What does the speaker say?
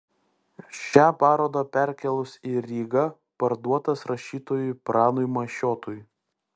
šią parodą perkėlus į rygą parduotas rašytojui pranui mašiotui